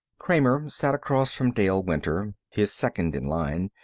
kramer sat across from dale winter, his second in line.